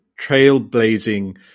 trailblazing